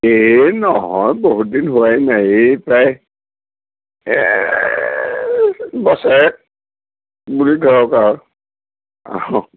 সেই নহয় বহুত দিন হোৱাই নাই এই প্ৰায় বছৰেক বুলি ধৰক আৰু